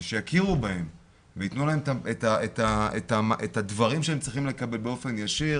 ושיכירו בהם ויתנו להם את הדברים שהם צריכים לקבל באופן ישיר,